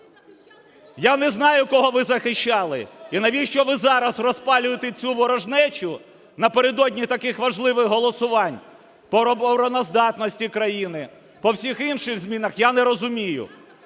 Я не знаю, кого ви захищали і навіщо ви зараз розпалюєте цю ворожнечу напередодні таких важливих голосувань: по обороноздатності країни, по всіх інших змінах – я не розумію.